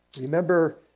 Remember